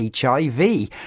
HIV